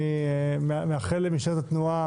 אני מאחל למשטרת התנועה